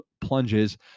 plunges